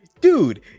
dude